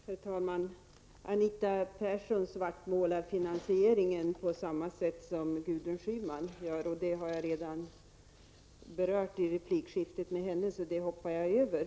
Herr talman! Anita Persson svartmålar finansieringen på samma sätt som Gudrun Schyman gör. Det har jag redan berört i replikskiftet med Gudrun Schyman, så det hoppar jag över.